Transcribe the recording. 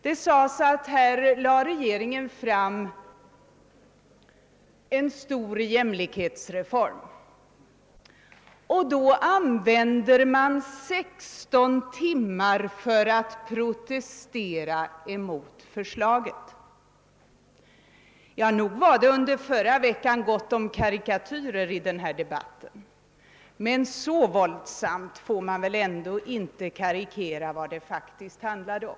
Herr Nilsson i Kalmar sade att vi använde 16 timmar för att protestera mot regeringens förslag till denna stora jämlikhetsreform. Nog var det gott om karikatyrer i den debatten, men så våldsamt får man väl ändå inte karikera verkligheten!